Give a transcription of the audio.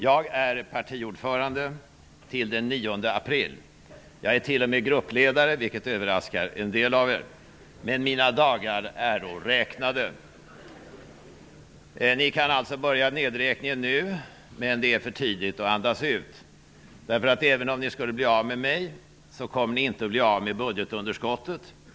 Jag är partiordförande till den 9 april. Jag är t.o.m. gruppledare, vilket överraskar en del av er. Men mina dagar äro räknade! Ni kan börja nedräkningen nu, men det är för tidigt att andas ut. Även om ni blir av med mig kommer ni inte att bli av med budgetunderskottet.